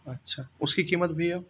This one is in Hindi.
अच्छा उसकी कीमत भैया